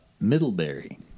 Middlebury